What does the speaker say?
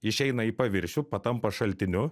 išeina į paviršių patampa šaltiniu